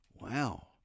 Wow